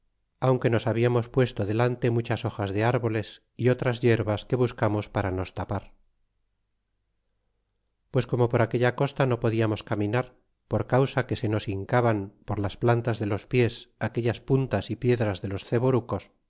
aunque nos habiamos puesto delante muchas hojas de arboles y otras yerbas que buscarnos para nos tapar piles como por aquella costa no podiamos caminar por causa que se nos hincaban por las plantas de los pies aquellas puntas y piedras de los ceborucos